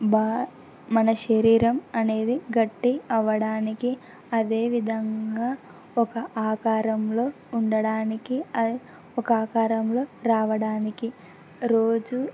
మన శరీరం అనేది గట్టి అవ్వడానికి అదేవిధంగా ఒక ఆకారంలో ఉండడానికి ఒక ఆకారంలో రావడానికి రోజు